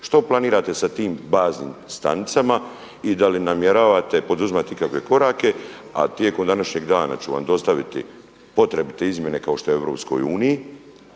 Što planirate sa tim baznim stanicama i da li namjeravate poduzimati ikakve korake? A tijekom današnjeg dana ću vam dostaviti potrebite izmjene kao što je u EU